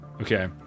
Okay